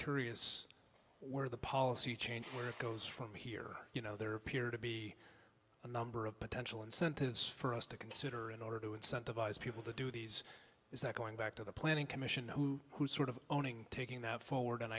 curious where the policy change where it goes from here you know there appear to be a number of potential incentives for us to consider in order to incentivize people to do these is that going back to the planning commission who sort of owning taking that forward and